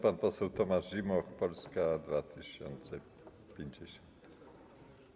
Pan poseł Tomasz Zimoch, Polska 2050.